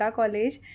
college